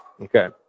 okay